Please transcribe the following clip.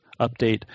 update